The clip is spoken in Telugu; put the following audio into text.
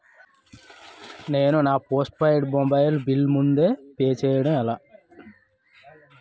నేను నా పోస్టుపైడ్ మొబైల్ బిల్ ముందే పే చేయడం ఎలా?